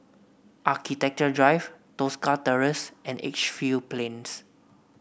Architecture Drive Tosca Terrace and Edgefield Plains